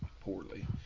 poorly